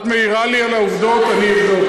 את מעירה לי על העובדות, אני אבדוק.